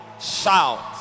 shout